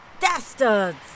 dastards